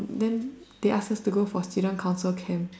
then they asked us to go for student council camp